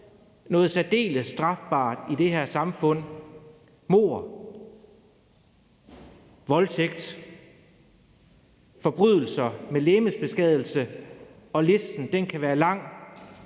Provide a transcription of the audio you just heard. noget særdeles strafbart i det her samfund, mord, voldtægt eller forbrydelser med legemsbeskadigelse – listen kan være lang